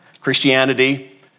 Christianity